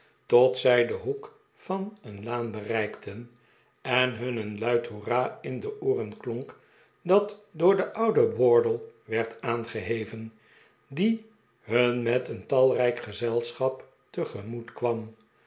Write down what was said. tot zij den hoek van een laan bereikten en hun een luid ho era in de ooren klonk dat door den o'uden wardle werd aangeh'even die nun met een talrijk gezelschap tegemoet kwam